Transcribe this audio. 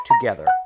together